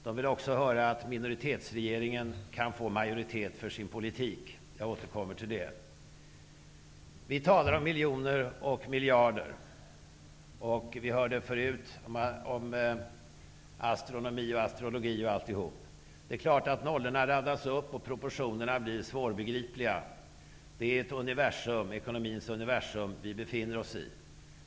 Den vill också höra att minoritetsregeringen kan få majoritet för sin politik. Jag återkommer till det. Vi talar om miljoner och miljarder. Vi hörde förut om astronomi och astrologi och alltihop. Det är klart att nollorna radas upp och att proportionerna blir svårbegripliga. Det är ett ekonomins universum som vi befinner oss i.